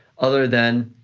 other than,